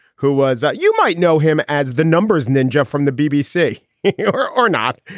who was that? you might know him as the numbers ninja from the bbc or or not.